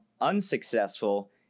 unsuccessful